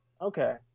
Okay